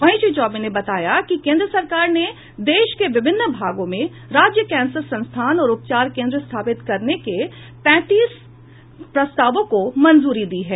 वहीं श्री चौबे ने बताया कि केन्द्र सरकार ने देश के विभिन्न भागों में राज्य कैंसर संस्थान और उपचार केंद्र स्थापित करने के पैंतीस प्रस्तावों को मंजूरी दी है